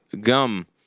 gum